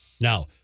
Now